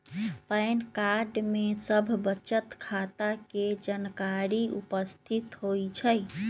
pan card में सभ बचत खता के जानकारी उपस्थित होइ छइ